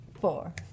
four